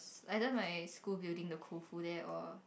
it's either my school building the Koufu there or